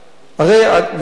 הרי גם אתה,